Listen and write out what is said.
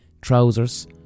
...trousers